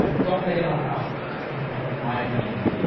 ah don't make a knock off of my name.